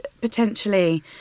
potentially